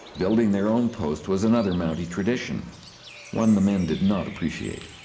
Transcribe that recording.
building their own post was another mountie tradition one them men did not appreciate.